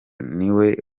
niwe